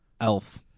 Elf